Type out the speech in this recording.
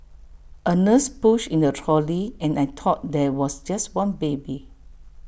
A nurse pushed in A trolley and I thought there was just one baby